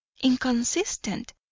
inconsistent